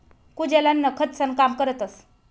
कुजेल अन्न खतंसनं काम करतस